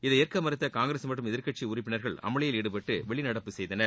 இதை ஏற்க மறுத்த காங்கிரஸ் மற்றும் எதிர்கட்சி உறுப்பினர்கள் அமளியில் ஈடுபட்டு வெளிநடப்பு செய்தனர்